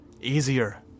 Easier